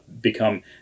become